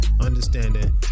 understanding